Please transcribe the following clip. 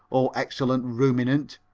o excellent ruminant,